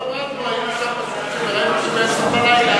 לא למדנו, היינו שם וראינו שב-22:00 עוד אור.